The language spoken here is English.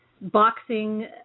boxing